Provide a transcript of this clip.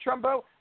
Trumbo